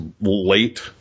late